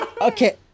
Okay